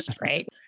right